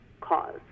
cause